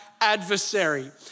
adversary